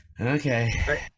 Okay